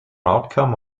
outcome